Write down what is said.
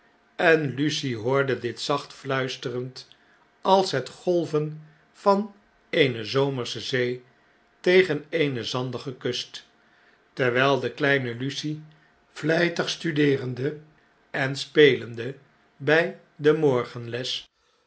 en lucie hoorde dit zacht fluisterend als het golven van eene zomersche zee tegen eene zandige kust terwyi de kleine lucie vlijtig studeerende en spelende by de